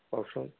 কওকচোন